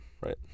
right